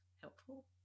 helpful